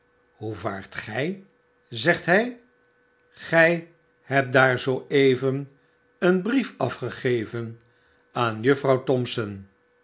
hoe vaart gjjv zegt hij gij hebt daar zoo even een brief afgegeven aan juffrouw thompson